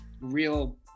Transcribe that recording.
real